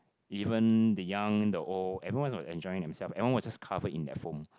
even the young the old everyone was enjoying themselves everyone was just covered in that foam